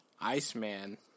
Iceman